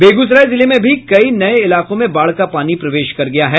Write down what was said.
बेगूसराय जिले में भी कई नये इलाकों में बाढ़ का पानी प्रवेश कर गया है